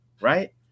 right